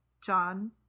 John